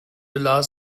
lars